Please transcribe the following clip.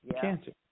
Cancer